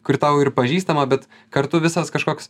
kur tau ir pažįstama bet kartu visas kažkoks